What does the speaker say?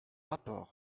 rapport